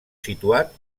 situat